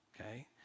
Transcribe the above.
Okay